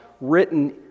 written